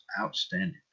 Outstanding